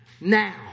now